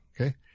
okay